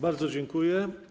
Bardzo dziękuję.